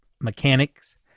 mechanics